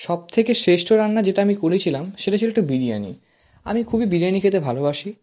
সবথেকে শ্রেষ্ঠ রান্না যেটা আমি করেছিলাম সেটা ছিলো একটা বিরিয়ানি আমি খুবই বিরিয়ানি খেতে ভালোবাসি